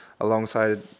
alongside